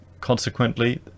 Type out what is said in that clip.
Consequently